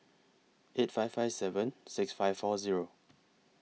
eight five five seven six five four Zero